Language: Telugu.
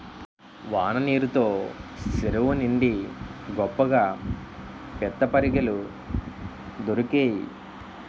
వాన నీరు తో సెరువు నిండి గొప్పగా పిత్తపరిగెలు దొరికేయి